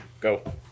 go